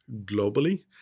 globally